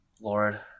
Lord